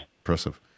impressive